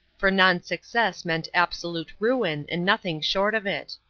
for non-success meant absolute ruin and nothing short of it.